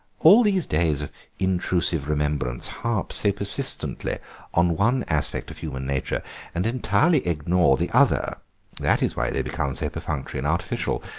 all these days of intrusive remembrance harp so persistently on one aspect of human nature and entirely ignore the other that is why they become so perfunctory and artificial.